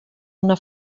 una